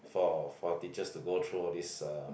for for teachers to go though all this uh